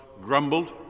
grumbled